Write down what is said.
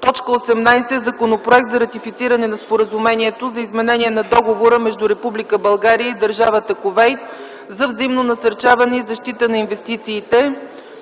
18. Законопроект за ратифициране на Споразумението за изменение на Договора между Република България и Държавата Кувейт за взаимно насърчаване и защита на инвестициите.